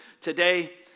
today